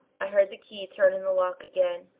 i heard the key turn in the lock again.